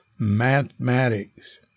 Mathematics